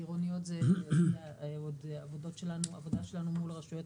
העירוניות זה עוד עבודה שלנו מול הרשויות